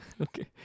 okay